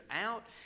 out